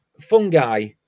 Fungi